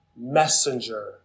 messenger